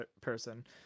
person